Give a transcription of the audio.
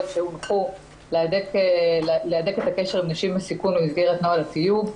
שהונחו להדק את הקשר עם נשים בסיכון במסגרת נוהל התיוג,